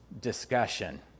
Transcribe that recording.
discussion